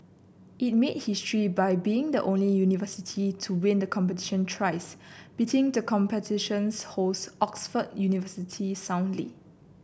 it made history by being the only university to win the competition thrice beating the competition's host Oxford University soundly